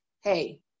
hey